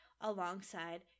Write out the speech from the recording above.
alongside